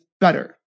better